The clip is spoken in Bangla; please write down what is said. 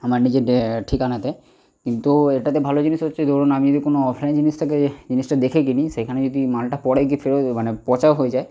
আমার নিজের ড্যা ঠিকানাতে কিন্তু এটাতে ভালো জিনিস হচ্ছে ধরুন আমি যদি আমি কোনো অফলাইন জিনিস থেকে জিনিসটা দেখে কিনি সেইখানে যদি মালটা পরে গিয়ে ফেরো মানে পচাও হয়ে যায়